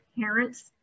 parents